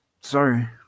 Sorry